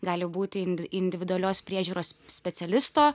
gali būti ind individualios priežiūros specialisto